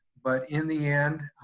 but in the end,